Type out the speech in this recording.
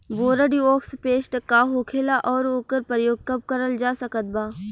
Bordeaux paste का होखेला और ओकर प्रयोग कब करल जा सकत बा?